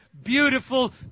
beautiful